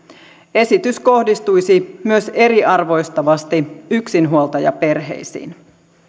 esitys kohdistuisi eriarvoistavasti myös yksinhuoltajaperheisiin